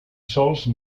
sols